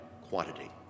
quantity